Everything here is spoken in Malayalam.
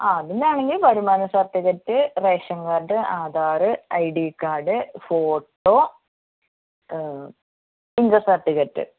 ആ അതിനാണെങ്കിൽ വരുമാന certificate ration card Aadhaar I D card photo income certificate